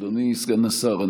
אדוני סגן השר,